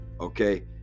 okay